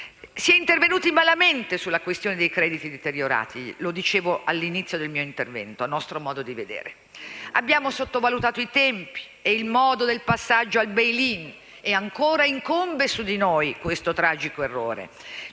si è intervenuti malamente sulla questione dei crediti deteriorati, come ho detto all'inizio del mio intervento. Abbiamo sottovalutato i tempi e il modo del passaggio al *bail in* e ancora incombe su di noi questo tragico errore.